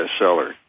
bestseller